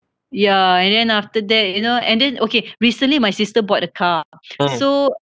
ya and then after that you know and then okay recently my sister bought a car so